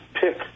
pick